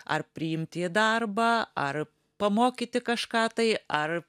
ar priimti į darbą ar pamokyti kažką tai ar